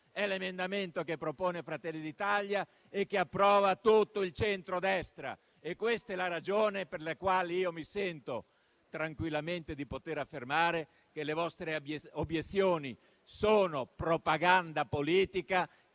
è l'emendamento che propone Fratelli d'Italia e che approva tutto il centrodestra e questa è la ragione per la quale mi sento tranquillamente di poter affermare che le vostre obiezioni sono propaganda politica,